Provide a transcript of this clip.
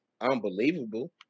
unbelievable